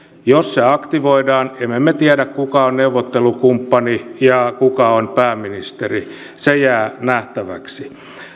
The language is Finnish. jos se aktivoidaan me me emme tiedä kuka on neuvottelukumppani ja kuka on pääministeri se jää nähtäväksi